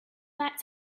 that